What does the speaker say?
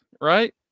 right